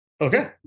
Okay